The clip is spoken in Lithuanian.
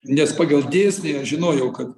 nes pagal dėsnį aš žinojau kad